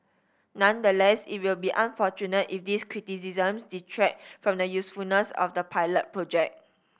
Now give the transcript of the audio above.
nonetheless it will be unfortunate if these criticisms detract from the usefulness of the pilot project